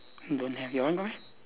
don't have your one got meh